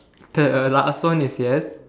the last one is yes